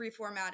reformatted